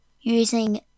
using